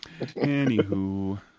Anywho